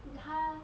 她